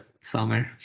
summer